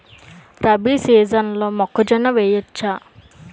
రబీ సీజన్లో మొక్కజొన్న వెయ్యచ్చా?